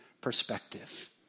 perspective